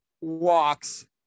walks